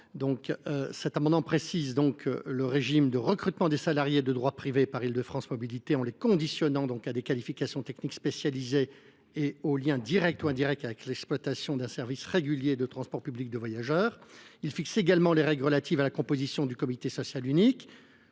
n° 23 tend à préciser le régime de recrutement des salariés de droit privé par Île de France Mobilités, en le conditionnant à des qualifications techniques spécialisées et au lien direct ou indirect avec l’exploitation d’un service régulier de transport public de voyageurs. Il vise également à fixer les règles relatives à la composition du comité social unique.